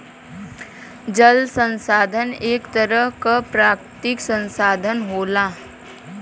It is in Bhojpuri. जल संसाधन एक तरह क प्राकृतिक संसाधन होला